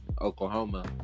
Oklahoma